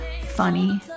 funny